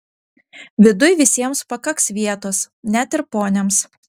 viduj visiems pakaks vietos net ir poniams